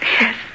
Yes